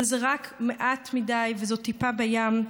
אבל זה רק מעט מדי, וזו טיפה בים.